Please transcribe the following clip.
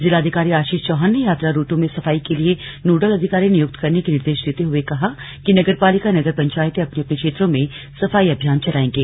जिलाधिकारी आशीष चौहान ने यात्रा रूटों में सफाई के लिए नोडल अधिकारी नियुक्त करने के निर्देश देते हुए कहा कि नगरपालिका नगर पंचायतें अपने अपने क्षेत्रों में सफाई अभियान चलायेंगे